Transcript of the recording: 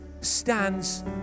stands